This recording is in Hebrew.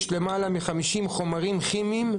יש למעלה מ-50 חומרים כימיים,